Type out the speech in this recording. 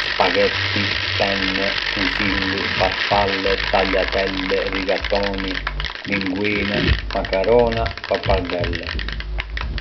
Ka shumë lloje makaronash, si spaghetti, penne, fusilli, farfalle, tagliatelle, rigatoni, linguine, makarona dhe pappardelle. Çdo lloj makaronash është i përshtatshëm për salsa dhe pjata të ndryshme.